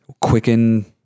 quicken